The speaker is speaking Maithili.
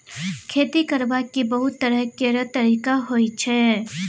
खेती करबाक बहुत तरह केर तरिका होइ छै